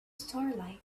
starlight